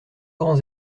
grands